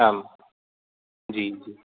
आम् जि जि